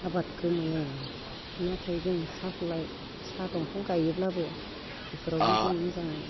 आबादखो मोनो नाथाय जों साफ्लाय साहा दंफां गायोब्लाबो बेफोरावबो जों मोजां